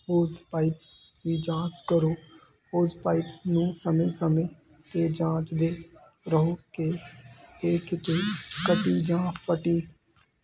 ਔਸ pipe ਦੀ ਜਾਂਚ ਕਰੋ ਔਸ ਪਾਈਪ ਨੂੰ ਸਮੇਂ ਸਮੇਂ ਤੇ ਜਾਂਚ ਦੇ ਰਹੋ ਕਿ ਇਹ ਕਿਤੇ ਕਟੀ ਜਾਂ ਫਟੀ